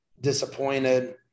disappointed